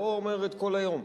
אני לא אומר את כל היום.